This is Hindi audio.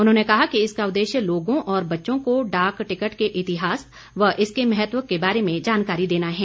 उन्होंने कहा कि इसका उद्देश्य लोगों और बच्चों को डाक टिकट के इतिहास व इसके महत्व के बारे में जानकारी देना है